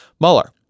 Mueller